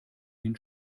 den